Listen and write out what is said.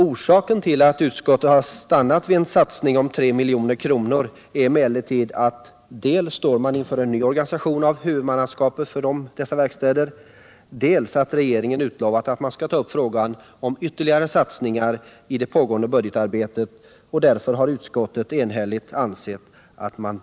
Orsaken till att utskottet har stannat vid ett belopp på 3 milj.kr. är dels att man står inför en ny organisation av huvudmannaskapet för dessa verkstäder, dels att regeringen har lovat att i det pågående budgetarbetet ta upp frågan om ytterligare satsningar.